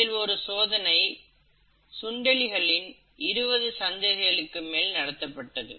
இதில் ஒரு சோதனை சுண்டெலிகளின் 20 சந்ததிகள் மேல் நடத்தப்பட்டது